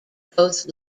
both